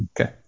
Okay